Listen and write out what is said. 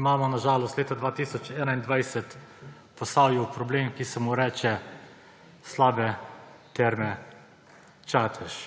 imamo na žalost leta 2021 v Posavju problem, ki se mu reče slabe Terme Čatež.